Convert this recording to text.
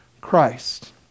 Christ